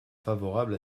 favorable